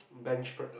bench product